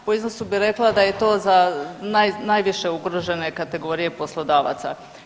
Po iznosu bi rekla da je to za najviše ugrožene kategorije poslodavaca.